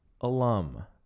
alum